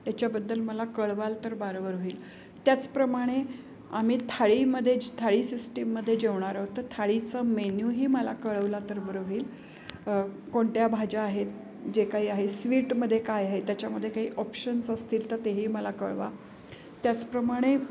याच्याबद्दल मला कळवाल तर बरं बरं होईल त्याचप्रमाणे आम्ही थाळीमध्ये थाळी सिस्टीममध्ये जेवणार आहोत तर थाळीचं मेन्यूही मला कळवला तर बरं होईल कोणत्या भाज्या आहेत जे काही आहे स्वीटमध्ये काय आहे त्याच्यामध्ये काही ऑप्शन्स असतील तर तेही मला कळवा त्याचप्रमाणे